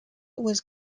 was